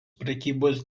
prekybos